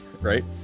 right